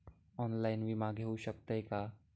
Online विमा घेऊ शकतय का?